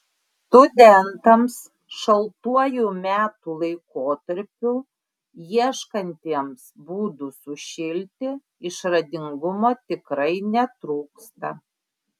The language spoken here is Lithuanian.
studentams šaltuoju metų laikotarpiu ieškantiems būdų sušilti išradingumo tikrai netrūksta